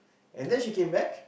and then she came back